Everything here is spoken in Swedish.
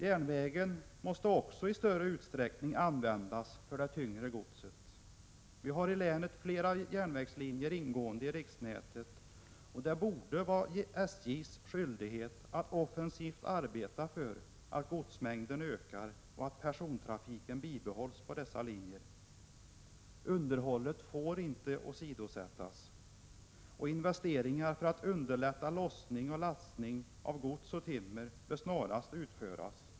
Järnvägen måste också i större utsträckning användas för det tyngre godset. Vi har i länet flera järnvägslinjer ingående i riksnätet, och det borde vara SJ:s skyldighet att offensivt arbeta för att godsmängden ökar och att persontrafiken bibehålls på dessa linjer. Underhållet får inte åsidosättas, och investeringar för att underlätta lossning och lastning av gods och timmer bör snarast utföras.